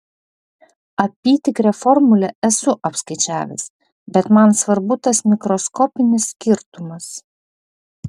apytikrę formulę esu apskaičiavęs bet man svarbu tas mikroskopinis skirtumas